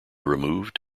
removed